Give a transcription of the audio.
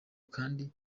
kandi